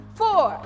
four